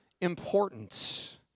important